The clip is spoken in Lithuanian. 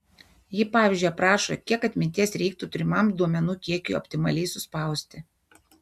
ji pavyzdžiui aprašo kiek atminties reiktų turimam duomenų kiekiui optimaliai suspausti